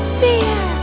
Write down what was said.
fear